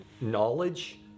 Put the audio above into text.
knowledge